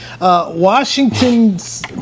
Washington's